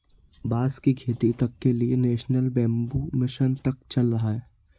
बांस की खेती तक के लिए नेशनल बैम्बू मिशन तक चल रहा है